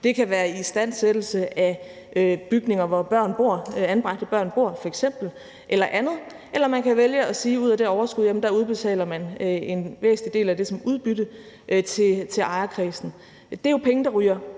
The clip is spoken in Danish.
f.eks. være istandsættelse af bygninger, hvor anbragte børn bor eller andet. Eller man kan vælge at sige, at ud af det overskud udbetaler man en væsentlig del som udbytte til ejerkredsen. Det er jo penge, der ryger